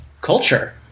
culture